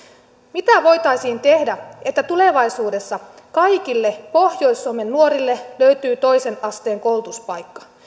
mitä voitaisiin tehdä että tulevaisuudessa kaikille pohjois suomen nuorille löytyy toisen asteen koulutuspaikka